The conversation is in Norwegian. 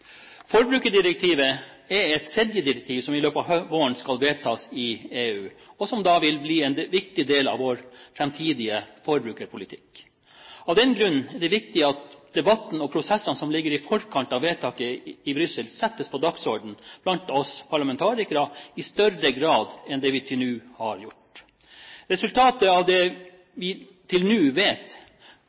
løpet av våren skal vedtas i EU, og som da vil bli en viktig del av vår framtidige forbrukerpolitikk. Av den grunn er det viktig at debatten og prosessene som ligger i forkant av vedtaket i Brussel, settes på dagsordenen blant oss parlamentarikere i større grad enn vi til nå har gjort. Resultatet av det vi til nå vet,